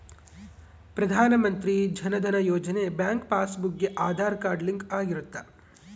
ಪ್ರಧಾನ ಮಂತ್ರಿ ಜನ ಧನ ಯೋಜನೆ bank passbook ಗೆ ಆದಾರ್ ಕಾರ್ಡ್ ಲಿಂಕ್ ಆಗಿರುತ್ತ